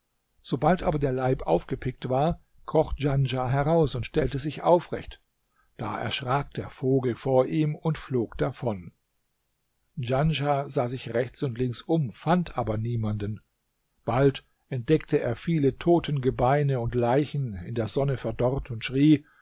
sobald aber der leib aufgepickt war kroch djanschah heraus und stellte sich aufrecht da erschrak der vogel vor ihm und flog davon djanschah sah sich rechts und links um fand aber niemanden bald entdeckte er viele totengebeine und leichen in der sonne verdorrt und schrie